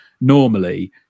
normally